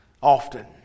Often